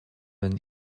маань